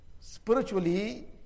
Spiritually